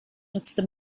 nutzte